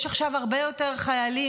יש עכשיו הרבה יותר חיילים